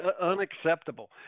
unacceptable